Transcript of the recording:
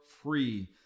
free